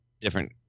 different